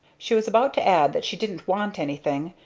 she was about to add that she didn't want anything,